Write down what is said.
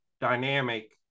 dynamic